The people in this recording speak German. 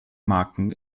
marken